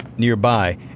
nearby